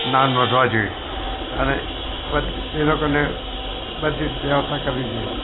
નામ નોંધવા જોઈએ અને એ લોકોને બધી જ વ્યવસ્થા કરવી જોઈએ